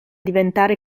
diventare